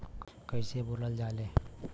कईसे बोवल जाले?